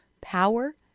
power